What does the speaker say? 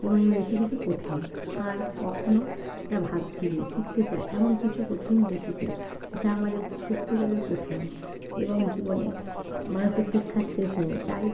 এবং রেসিপিটি কঠিন আর কখনও তা ভাবিনি শিখতে চাই এমন কিছু কঠিন রেসিপি যা আমাদের সত্যিকারের কঠিন এবং জীবনে মানুষের শিক্ষার শেষ নেই তাই